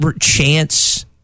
chance